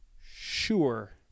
Sure